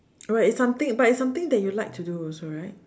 right it's something but it's something that you like to do also right